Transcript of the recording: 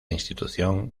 institución